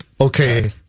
Okay